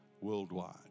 worldwide